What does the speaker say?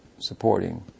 supporting